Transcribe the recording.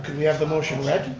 and we have the motion read?